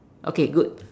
okay good